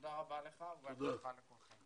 תודה רבה לך ותודה רבה לכולכם.